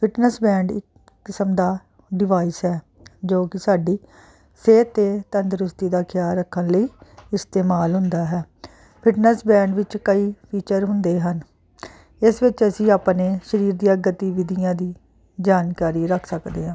fitness band ਇੱਕ ਕਿਸਮ ਦਾ ਡਿਵਾਈਸ ਹੈ ਜੋ ਕਿ ਸਾਡੀ ਸਿਹਤ ਅਤੇ ਤੰਦਰੁਸਤੀ ਦਾ ਖਿਆਲ ਰੱਖਣ ਲਈ ਇਸਤੇਮਾਲ ਹੁੰਦਾ ਹੈ ਫਿਟਨੈਸ ਬੈਂਡ ਵਿੱਚ ਕਈ ਟੀਚਰ ਹੁੰਦੇ ਹਨ ਇਸ ਵਿੱਚ ਅਸੀਂ ਆਪਣੇ ਸਰੀਰ ਦੀਆਂ ਗਤੀਵਿਧੀਆਂ ਦੀ ਜਾਣਕਾਰੀ ਰੱਖ ਸਕਦੇ ਹਾਂ